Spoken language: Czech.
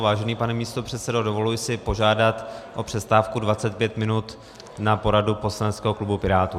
Vážený pane místopředsedo, dovoluji si požádat o přestávku 25 minut na poradu poslaneckého klubu Pirátů.